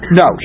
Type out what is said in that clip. no